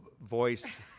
voice